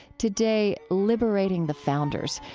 today, liberating the founders,